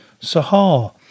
Sahar